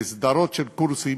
לסדרות של קורסים,